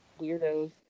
weirdos